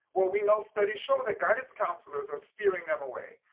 well, we know studies show that guidance counselors are steering them away.